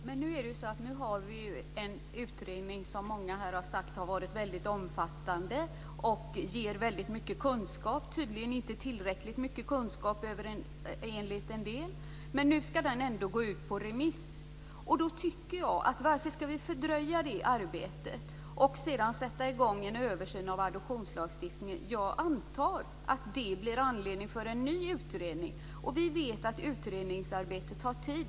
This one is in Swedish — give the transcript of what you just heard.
Herr talman! Vi har nu en utredning som många här har sagt är väldigt omfattande och ger väldigt mycket kunskap. Det är tydligen inte tillräckligt mycket kunskap enligt en del, men nu ska den ändå gå ut på remiss. Varför ska vi fördröja det arbetet och sedan sätta igång en översyn av adoptionslagstiftningen? Jag antar att det blir anledning för en ny utredning, och vi vet att utredningsarbete tar tid.